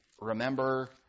remember